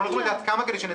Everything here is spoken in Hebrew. אנחנו יכולים לדעת כמה?